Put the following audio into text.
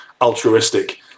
altruistic